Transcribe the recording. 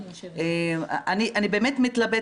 אני באמת מתלבטת,